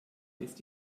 ist